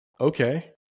okay